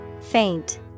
Faint